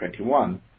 2021